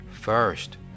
First